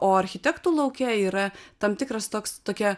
o architektų lauke yra tam tikras toks tokie